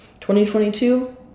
2022